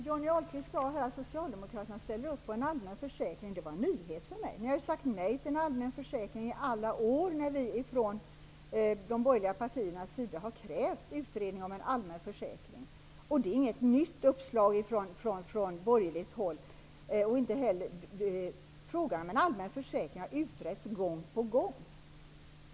Herr talman! Johnny Ahlqvist sade att socialdemokraterna ställer upp på en allmän arbetslöshetsförsäkring. Det var en nyhet för mig. Ni har sagt nej till en allmän försäkring i alla år när vi från de borgerliga partierna har krävt utredning om en allmän försäkring. Detta är inte något nytt uppslag från borgerligt håll. Frågan om en allmän försäkring har utretts gång på gång.